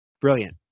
Brilliant